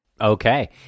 Okay